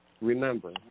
Remember